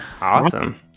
Awesome